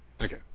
Okay